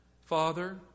Father